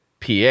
PA